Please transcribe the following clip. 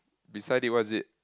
beside it what is it